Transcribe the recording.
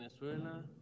Venezuela